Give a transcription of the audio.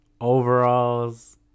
overalls